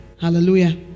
Hallelujah